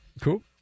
Cool